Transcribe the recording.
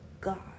god